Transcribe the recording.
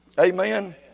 Amen